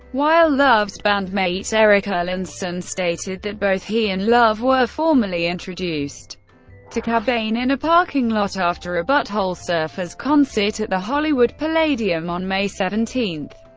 while love's bandmate eric erlandson stated that both he and love were formally introduced to cobain in a parking lot after a butthole surfers concert at the hollywood palladium on may seventeen,